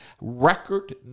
record